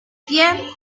pie